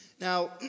Now